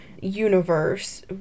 universe